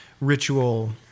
ritual